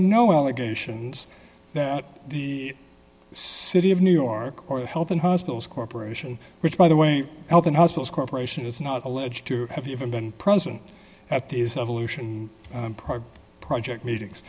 no allegations that the city of new york or the health and hospitals corporation which by the way health and hospitals corporation is not alleged to have even been present at these evolution project meetings